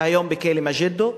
היום בכלא מגידו,